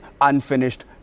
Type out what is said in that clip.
unfinished